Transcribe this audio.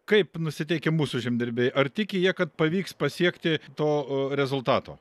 kaip nusiteikę mūsų žemdirbiai ar tiki jie kad pavyks pasiekti to rezultato